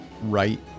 right